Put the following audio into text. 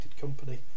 company